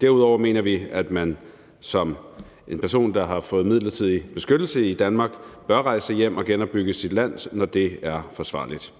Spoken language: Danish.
Derudover mener vi, at man som en person, der har fået midlertidig beskyttelse i Danmark, bør rejse hjem og genopbygge sit land, når det er forsvarligt.